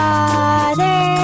Father